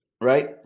right